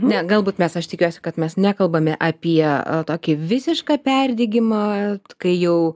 ne galbūt mes aš tikiuosi kad mes nekalbame apie tokį visišką perdegimą kai jau